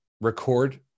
record